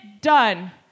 done